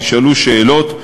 נשאלו שאלות,